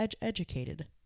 educated